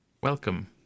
Welcome